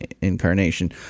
incarnation